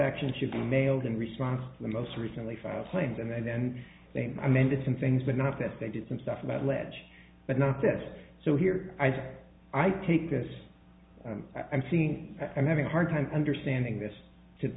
action should be mailed in response to the most recently filed claims and then they amended some things but not that they did some stuff about ledge but not this so here as i take this i'm seeing i'm having a hard time understanding this to